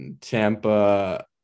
Tampa